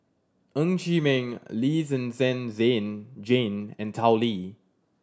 Ng Chee Meng Lee Zhen Zhen Jane and Tao Li